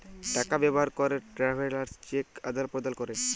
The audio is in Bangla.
টাকা ব্যবহার ক্যরে ট্রাভেলার্স চেক আদাল প্রদালে ক্যরে